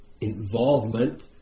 involvement